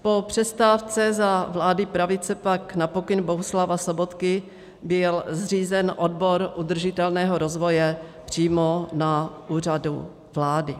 Po přestávce za vlády pravice pak na pokyn Bohuslava Sobotky byl zřízen odbor udržitelného rozvoje přímo na Úřadu vlády.